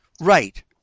Right